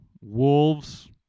Wolves